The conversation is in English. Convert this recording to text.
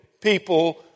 people